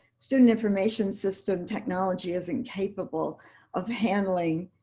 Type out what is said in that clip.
student information system technology isn't capable of handling